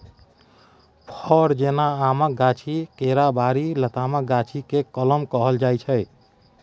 फर जेना आमक गाछी, केराबारी, लतामक गाछी केँ कलम कहल जाइ छै